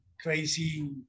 crazy